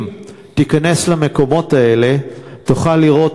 אם תיכנס למקומות האלה תוכל לראות